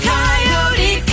Coyote